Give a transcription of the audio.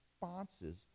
responses